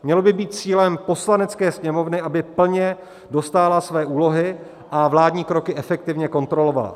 Mělo by být cílem Poslanecké sněmovny, aby plně dostála své úlohy a vládní kroky efektivně kontrolovala.